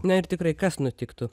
na ir tikrai kas nutiktų